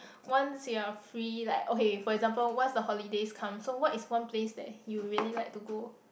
once you're free like okay for example once the holidays come so what is one place that you really like to go